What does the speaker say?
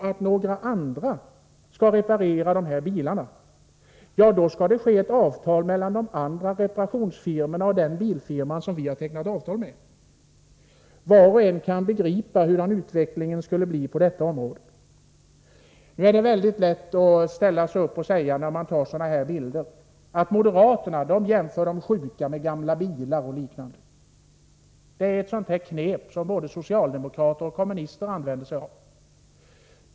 Om några andra skall reparera bilarna, skall ett avtal tecknas mellan dessa andra reparationsfirmor och den bilfirman som redan har ett avtal med försäkringsbolaget. Var och en kan begripa hur utvecklingen skulle bli på det området. Nu är det mycket lätt att ställa sig upp och säga om ett bildspråk som detta att moderaterna jämför de sjuka med gamla bilar och liknande. Det är sådana knep som både socialdemokrater och kommunister använder sig av.